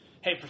hey